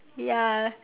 ya